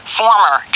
former